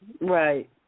Right